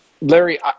Larry